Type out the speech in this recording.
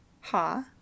Ha